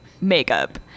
makeup